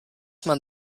man